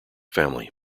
family